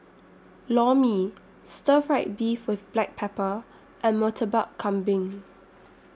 Lor Mee Stir Fried Beef with Black Pepper and Murtabak Kambing